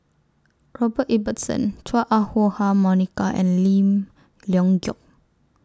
Robert Ibbetson Chua Ah Huwa Monica and Lim Leong Geok